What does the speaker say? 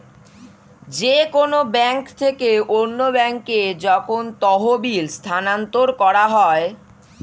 যে কোন ব্যাংক থেকে অন্য ব্যাংকে যখন তহবিল স্থানান্তর করা হয়